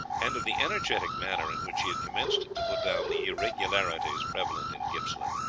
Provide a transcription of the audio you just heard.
and of the energetic manner in which he had commenced to put down the irregularities prevalent in gippsland.